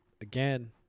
again